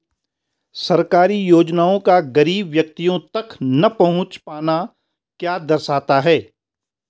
सरकारी योजनाओं का गरीब व्यक्तियों तक न पहुँच पाना क्या दर्शाता है?